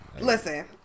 listen